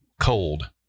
cold